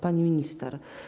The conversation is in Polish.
Pani Minister!